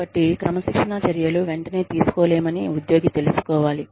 కాబట్టి క్రమశిక్షణా చర్యలు వెంటనే తీసుకోలేమని ఉద్యోగి తెలుసుకోవాలి